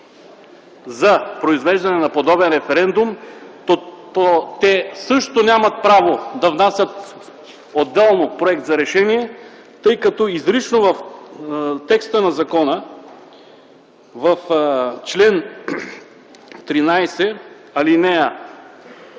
за произвеждане на подобен референдум, то те също нямат право да внасят отделно проект за решение, тъй като изрично в текста на закона, в чл. 13, ал.